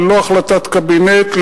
ללא החלטת קבינט,